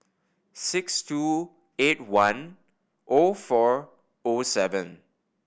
six two eight one O four O seven